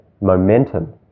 momentum